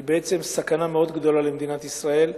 היא סכנה מאוד גדולה למדינת ישראל.